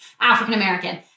African-American